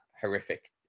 horrific